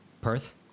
Perth